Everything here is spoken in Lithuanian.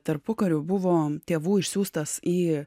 tarpukariu buvo tėvų išsiųstas į